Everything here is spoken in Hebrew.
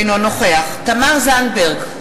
אינו נוכח תמר זנדברג,